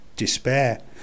despair